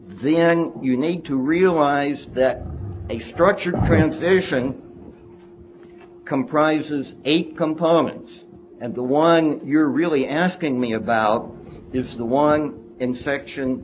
the end you need to realize that a structured transition comprises eight components and the one you're really asking me about is the one infection